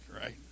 right